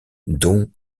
dont